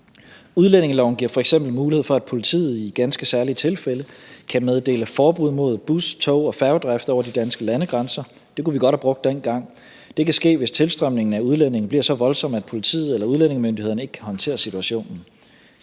Udlændingeloven giver f.eks. mulighed for, at politiet i ganske særlige tilfælde kan meddele forbud mod bus-, tog- og færgedrift over de danske landegrænser – det kunne vi godt have brugt dengang. Det kan ske, hvis tilstrømningen af udlændinge bliver så voldsom, at politiet eller udlændingemyndighederne ikke kan håndtere situationen.